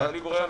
אין לי ברירה.